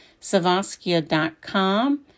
savaskia.com